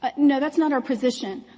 but no. that's not our position.